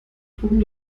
drucken